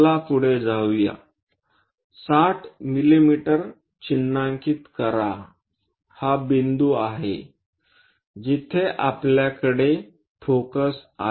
चला पुढे जाऊ या60 मिमी चिन्हांकित करा हा बिंदू आहे जिथे आपल्याकडे फोकस आहे